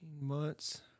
months